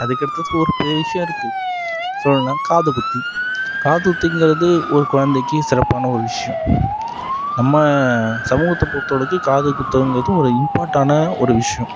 அதுக்கடுத்து சோறு பெரிய விஷயமிருக்கு சொல்லணும்னா காது குத்து காது குத்துங்கிறது ஒரு குழந்தைக்கு சிறப்பான ஒரு விஷயம் நம்ம சமூகத்தை பொருத்தளவுக்கு காது குத்துங்கிறது ஒரு இம்பார்ட்ன்டான ஒரு விஷயம்